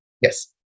Yes